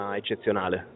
eccezionale